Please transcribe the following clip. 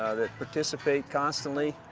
participate constantly.